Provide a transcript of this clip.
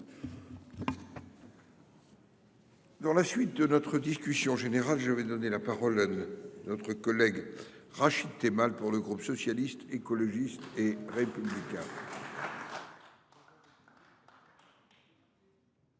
Dans la suite de notre discussion générale je vais donner la parole. Notre collègue Rachid Temal. Pour le groupe socialiste, écologiste et républicain.